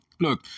Look